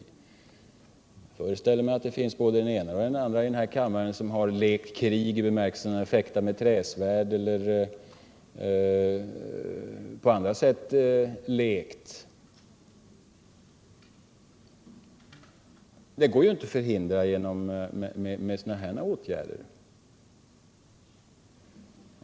Jag föreställer mig att det finns en och annan här i kammaren som lekt krig i den bemärkelsen att han eller hon t.ex. fäktat med träsvärd. Det går inte att förhindra det med sådana här åtgärder.